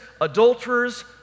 adulterers